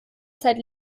zeit